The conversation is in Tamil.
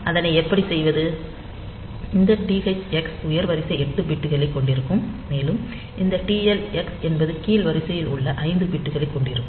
அதனை எப்படி செய்வது இந்த THx உயர் வரிசை 8 பிட்களைக் கொண்டிருக்கும் மேலும் இந்த TL x என்பது கீழ் வரிசையில் உள்ள 5 பிட்களைக் கொண்டிருக்கும்